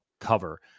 cover